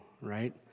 right